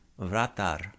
vratar